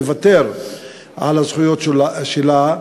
לוותר על הזכויות שלה,